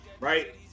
right